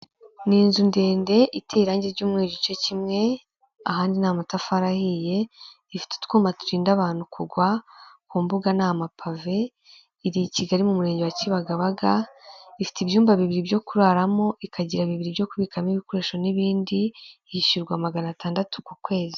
Ni inzu ndende iteye irangi ry'umweru igice kimwe, ahandi ni amatafari ahiye , ifite utwuma turinda abantu kugwa, ku mbuga ni amapave iri i Kigali mu Murenge wa Kibagabaga, ifite ibyumba bibiri byo kuraramo, ikagira bibiri byo kubikamo ibikoresho, n'ibindi, hishyurwa magana atandatu ku kwezi.